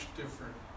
different